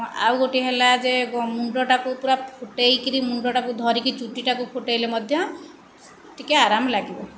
ଆଉ ଗୋଟିଏ ହେଲା ଯେ କଁ ମୁଣ୍ଡଟାକୁ ପୁରା ଫୁଟାଇ କରି ମୁଣ୍ଡଟାକୁ ଧରିକି ଚୁଟିଟାକୁ ଫୁଟାଇଲେ ମଧ୍ୟ ଟିକେ ଆରାମ ଲାଗିବ